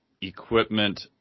equipment